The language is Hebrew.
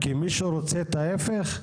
כי מישהו רוצה את ההיפך?